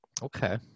Okay